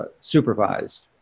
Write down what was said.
supervised